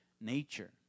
nature